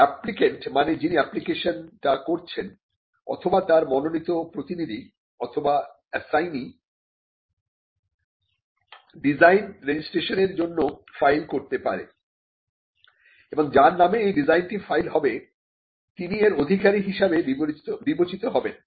applicant মানে যিনি অ্যাপ্লিকেশনটা করছেন অথবা তার মনোনীত প্রতিনিধি অথবা আসাইনি ডিজাইন রেজিস্ট্রেশনের জন্য ফাইল করতে পারে এবং যার নামে এই ডিজাইনটি ফাইল হবে তিনি এর অধিকারী হিসেবে বিবেচিত হবেন